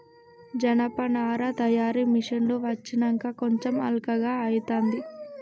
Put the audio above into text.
జనపనార తయారీ మిషిన్లు వచ్చినంక కొంచెం అల్కగా అయితాంది